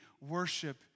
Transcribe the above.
worship